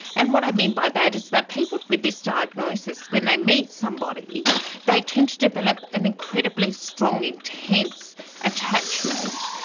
and what i mean by that is that people with this diagnosis, when they meet somebody they tend to develop an incredibly strong, intense attachment,